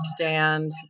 understand